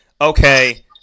okay